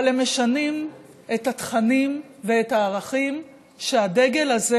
אבל הם משנים את התכנים ואת הערכים שהדגל הזה,